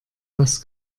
was